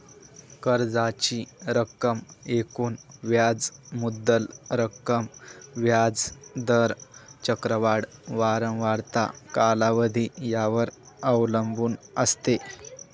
कर्जाची रक्कम एकूण व्याज मुद्दल रक्कम, व्याज दर, चक्रवाढ वारंवारता, कालावधी यावर अवलंबून असते